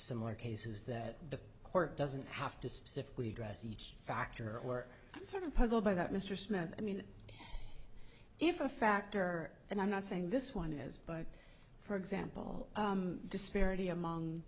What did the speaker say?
similar cases that the court doesn't have to specifically address each factor or sort of puzzled by that mr smith i mean if a factor and i'm not saying this one is but for example disparity among